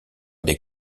des